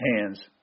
hands